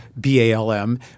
B-A-L-M